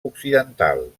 occidental